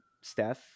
Steph